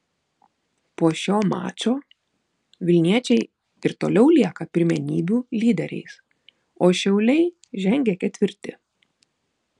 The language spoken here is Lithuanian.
po šio mačo vilniečiai ir toliau lieka pirmenybių lyderiais o šiauliai žengia ketvirti